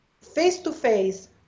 face-to-face